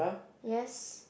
yes